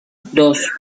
dos